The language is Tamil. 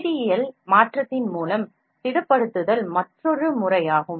ஒரு மாற்று அணுகுமுறை திடப்பொருளை ஏற்படுத்த ஒரு இரசாயன மாற்றத்தைப் பயன்படுத்துவதாகும்